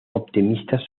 optimistas